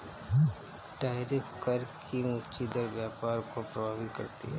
tariff कर की ऊँची दर व्यापार को प्रभावित करती है